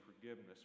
forgiveness